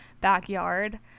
backyard